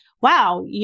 wow